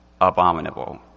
abominable